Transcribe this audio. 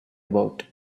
about